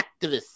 activists